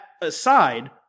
aside